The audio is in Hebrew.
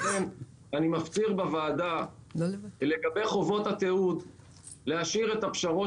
לכן אני מפציר בוועדה לגבי חובות התיעוד להשאיר את הפשרות